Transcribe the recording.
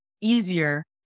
easier